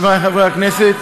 חברי חברי הכנסת,